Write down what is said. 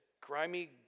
grimy